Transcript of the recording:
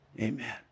Amen